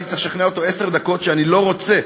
הייתי צריך לשכנע אותו עשר דקות שאני לא רוצה,